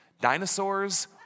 Dinosaurs